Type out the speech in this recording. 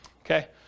Okay